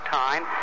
time